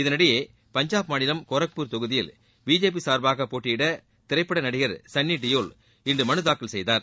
இதனிடையே பஞ்சாப் மாநிலம் கோரக்பூர் தொகுதியில் பிஜேபி சார்பாக போட்டியிட திரைப்பட நடிகர் சன்னி தியோல் இன்று மனுத்தாக்கல் செய்தார்